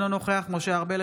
אינו נוכח משה ארבל,